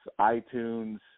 itunes